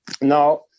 now